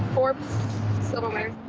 four silverware.